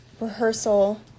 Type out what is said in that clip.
rehearsal